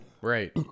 Right